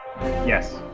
Yes